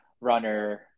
runner